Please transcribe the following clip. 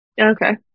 Okay